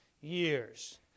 years